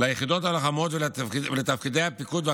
ליחידות הלוחמות ולתפקידי הפיקוד והקצונה,